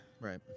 Right